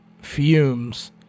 fumes